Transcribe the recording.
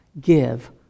give